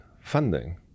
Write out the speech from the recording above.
funding